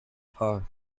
power